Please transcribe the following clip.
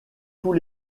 tous